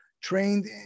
Trained